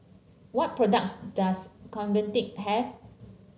what products does Convatec have